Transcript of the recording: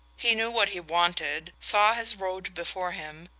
he knew what he wanted, saw his road before him,